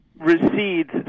recedes